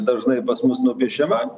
dažnai pas mus nupiešiama